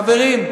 חברים,